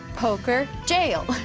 poker, jail.